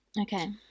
Okay